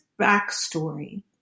backstory